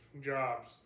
jobs